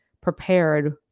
prepared